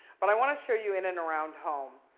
but i want to show you in and around home.